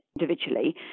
individually